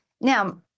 Now